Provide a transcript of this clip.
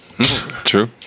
True